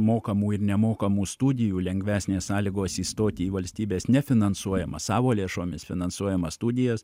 mokamų ir nemokamų studijų lengvesnės sąlygos įstoti į valstybės nefinansuojamą savo lėšomis finansuojamas studijas